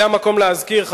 זה המקום להזכיר,